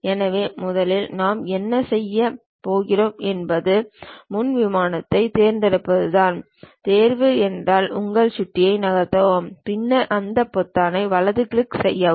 எனவே முதலில் நாம் என்ன செய்யப் போகிறோம் என்பது முன் விமானத்தைத் தேர்ந்தெடுப்பதுதான் தேர்வு என்றால் உங்கள் சுட்டியை நகர்த்தவும் பின்னர் அந்த பொத்தானை வலது கிளிக் செய்யவும்